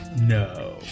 No